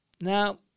now